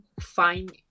find